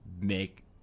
make